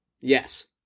Yes